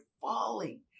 falling